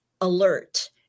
alert